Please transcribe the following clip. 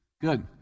Good